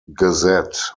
gazette